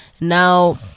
Now